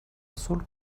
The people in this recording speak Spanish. azul